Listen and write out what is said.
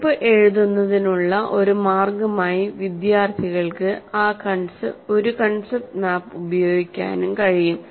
കുറിപ്പ് എഴുതുന്നതിനുള്ള ഒരു മാർഗമായി വിദ്യാർത്ഥികൾക്ക് ഒരു കൺസെപ്റ്റ് മാപ്പ് ഉപയോഗിക്കാനും കഴിയും